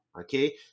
okay